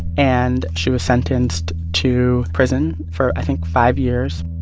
and she was sentenced to prison for, i think, five years